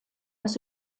das